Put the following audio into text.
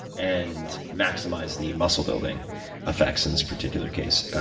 and maximize the muscle building effects in this particular case.